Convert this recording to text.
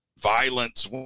violence